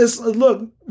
look